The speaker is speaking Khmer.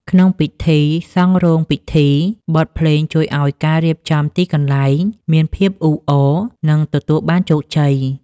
ក្នុងពិធីសង់រោងពិធី បទភ្លេងជួយឱ្យការរៀបចំទីកន្លែងមានភាពអ៊ូអរ និងទទួលបានជោគជ័យ។